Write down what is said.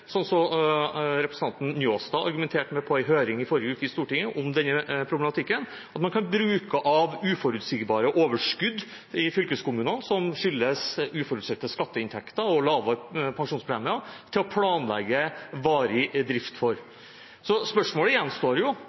sånn som representanten Njåstad argumenterte med på en høring i forrige uke i Stortinget om denne problematikken, at man kan bruke av uforutsigbare overskudd i fylkeskommunene som skyldes uforutsette skatteinntekter og lavere pensjonspremier, til å planlegge for varig drift. Så spørsmålet gjenstår jo: